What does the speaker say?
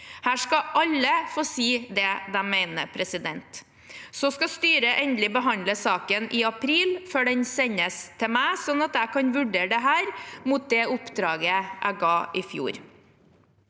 Her skal alle få si det de mener. Så skal styret endelig behandle saken i april, før den sendes til meg, sånn at jeg kan vurdere dette mot det oppdraget jeg ga i fjor.